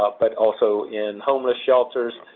ah but also in homeless shelters.